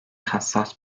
hassas